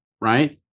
Right